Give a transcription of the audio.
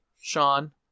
Sean